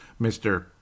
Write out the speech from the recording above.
Mr